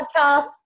Podcast